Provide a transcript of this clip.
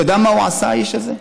אתה יודע מה הוא עשה, האיש הזה?